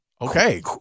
Okay